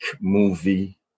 movie